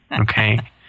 okay